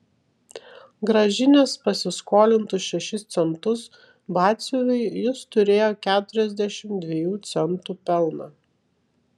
grąžinęs pasiskolintus šešis centus batsiuviui jis turėjo keturiasdešimt dviejų centų pelną